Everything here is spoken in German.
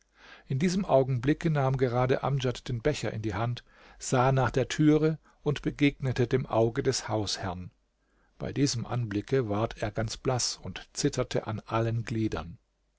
in diesem augenblicke nahm gerade amdjad den becher in die hand sah nach der türe und begegnete dem auge des hausherrn bei diesem anblicke ward er ganz blaß und zitterte an allen gliedern